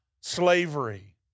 slavery